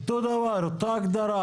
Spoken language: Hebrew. אותו דבר, אותה הגדרה.